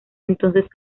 entonces